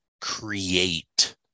create